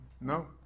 No